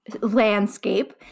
landscape